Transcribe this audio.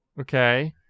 Okay